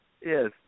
Yes